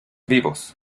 vivos